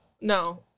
No